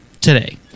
today